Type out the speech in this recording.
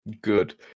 Good